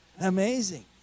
Amazing